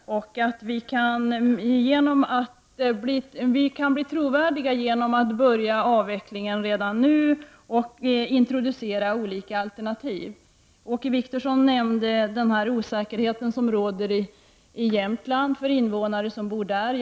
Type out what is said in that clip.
Vi kan bli trovärdiga genom att börja avvecklingen redan nu och introducera olika alternativ. Åke Wictorsson nämnde den osäkerhet som råder för invånarna i Jämtland.